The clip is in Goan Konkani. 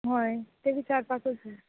हय तें विचारपाकच जाय